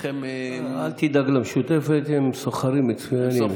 אל תדאג למשותפת, הם סוחרים מצוינים.